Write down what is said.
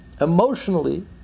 Emotionally